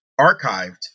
archived